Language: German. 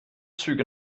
züge